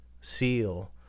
seal